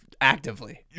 actively